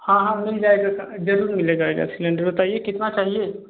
हाँ हाँ मिल जाएगा ज़रूर मिल जाएगा गैस सिलेंडर बताइए कितना चाहिए